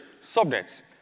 subnets